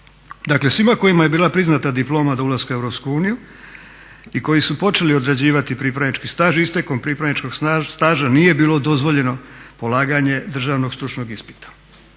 Dakle svima kojima je bila priznata diploma do ulaska u EU i koji su počeli odrađivati pripravnički staž, istekom pripravničkog staža nije bilo dozvoljeno polaganje državnog stručnog ispita.